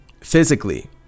physically